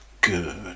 Good